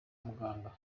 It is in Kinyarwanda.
muganga